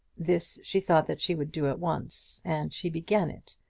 this she thought that she would do at once, and she began it.